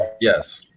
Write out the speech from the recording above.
Yes